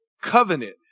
covenant